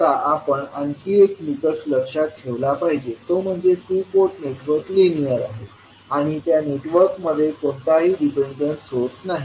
आता आपण आणखी एक निकष लक्षात ठेवला पाहिजे तो म्हणजे टू पोर्ट नेटवर्क लिनियर आहे आणि त्या नेटवर्कमध्ये कोणताही डिपेंडंट सोर्स नाही